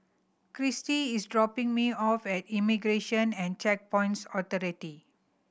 Christie is dropping me off at Immigration and Checkpoints Authority